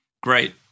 Great